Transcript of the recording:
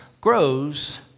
grows